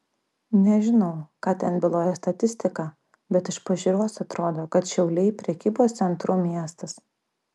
nežinau ką ten byloja statistika bet iš pažiūros atrodo kad šiauliai prekybos centrų miestas